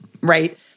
right